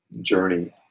journey